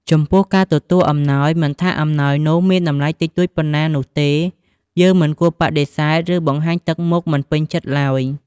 ចំពោះការទទួលអំណោយ មិនថាអំណោយនោះមានតម្លៃតិចតួចប៉ុណ្ណានោះទេ យើងមិនគួរបដិសេធ ឬបង្ហាញទឹកមុខមិនពេញចិត្តឡើយ។